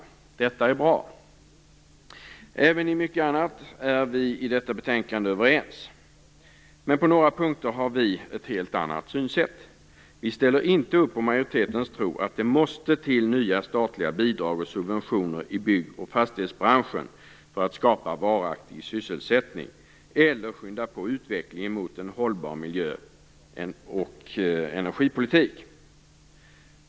Detta är bra. Även i mycket annat är vi i detta betänkande överens. Men på några punkter har vi ett helt annat synsätt. Vi ställer inte upp på majoritetens tro att det måste till nya statliga bidrag och subventioner i byggoch fastighetsbranschen för att skapa varaktig sysselsättning eller skynda på utvecklingen mot en hållbar miljö och energipolitik.